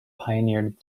pioneered